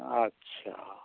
अच्छा